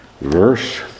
verse